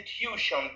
institution